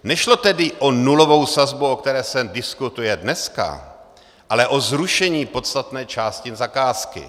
Nešlo tedy o nulovou sazbu, o které se diskutuje dneska, ale o zrušení podstatné části zakázky.